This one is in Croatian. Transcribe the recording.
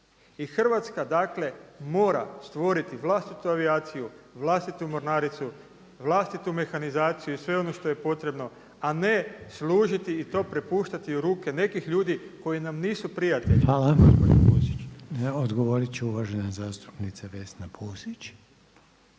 I Hrvatska dakle mora stvoriti vlastitu avijaciju, vlastitu mornaricu, vlastitu mehanizaciju i sve ono što je potrebno a ne služiti i to prepuštati u ruke nekih ljudi koji nam nisu prijatelji gospođo Pusić. **Reiner, Željko (HDZ)** Hvala. Odgovorit će uvažena zastupnica Vesna Pusić.